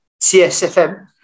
CSFM